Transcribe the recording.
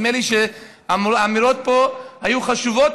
נדמה לי שהאמירות פה היו חשובות.